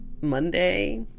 Monday